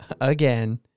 Again